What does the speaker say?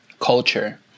culture